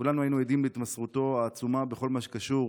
כולנו היינו עדים להתמסרותו העצומה בכל מה שקשור